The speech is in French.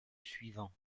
suivant